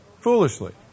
foolishly